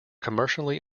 commercially